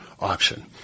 option